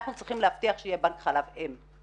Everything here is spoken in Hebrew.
אנחנו צריכים להבטיח שיהיה בנק חלב אם,